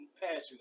passionate